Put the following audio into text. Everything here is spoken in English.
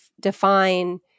define